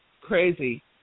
Crazy